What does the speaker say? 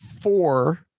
four